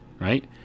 right